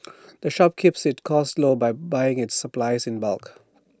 the shop keeps its costs low by buying its supplies in bulk